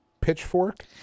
pitchfork